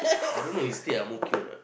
I don't know he stay at Ang-Mo-Kio or not